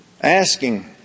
asking